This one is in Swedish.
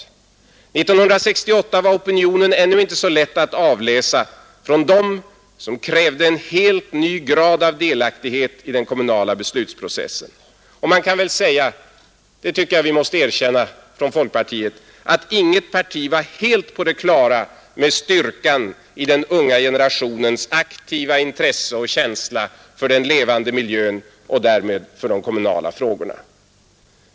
1968 var opinionen ännu inte så lätt att avläsa hos dem som krävde en helt ny grad av delaktighet i den kommunala beslutsprocessen. Och man kan väl säga — det tycker jag att vi måste erkänna från folkpartiet — att inget parti var helt på det klara med styrkan i den unga generationens aktiva intresse och känsla för den levande miljön och därmed för de kommunala frågorna.